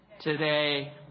today